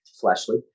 fleshly